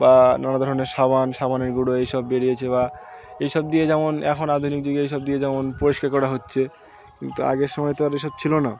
বা নানা ধরনের সাবান সাবানের গুঁড়ো এই সব বেরিয়েছে বা এই সব দিয়ে যেমন এখন আধুনিক যুগে এই সব দিয়ে যেমন পরিষ্কার করা হচ্ছে কিন্তু আগের সময় তো আর এ সব ছিল না